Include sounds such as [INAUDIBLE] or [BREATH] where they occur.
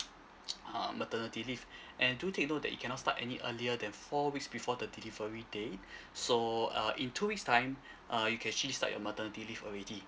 [NOISE] um maternity leave [BREATH] and do take note that you cannot start any earlier than four weeks before the delivery date [BREATH] so err in two weeks time uh you can actually start your maternity leave already